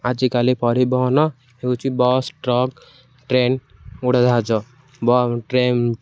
ଆଜିକାଲି ପରିବହନ ହେଉଛି ବସ୍ ଟ୍ରକ୍ ଟ୍ରେନ ଉଡ଼ାଜାହାଜ ବ ଟ୍ରେ